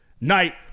night